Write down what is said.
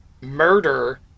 murder